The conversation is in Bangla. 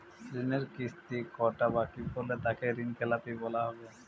ঋণের কিস্তি কটা বাকি পড়লে তাকে ঋণখেলাপি বলা হবে?